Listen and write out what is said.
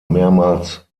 mehrmals